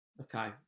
okay